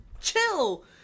chill